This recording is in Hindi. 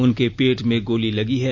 उनके पेट में गोली लगी है